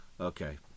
Okay